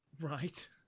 Right